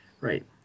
Right